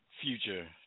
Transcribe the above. future